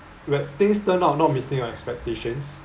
whe~ things turn out not meeting your expectations